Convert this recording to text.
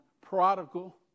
prodigal